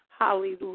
Hallelujah